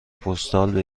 پستال